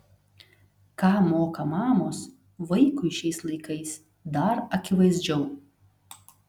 ką moka mamos vaikui šiais laikais dar akivaizdžiau